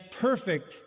perfect